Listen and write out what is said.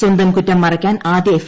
സ്വന്ത്പു കുറ്റം മറയ്ക്കാൻ ആദ്യ എഫ്